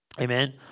Amen